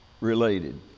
related